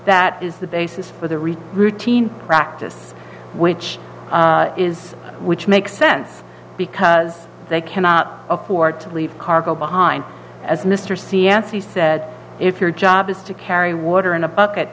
that is the basis for the real routine practice which is which makes sense because they cannot afford to leave cargo behind as mr c n c said if your job is to carry water in a bucket